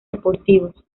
deportivos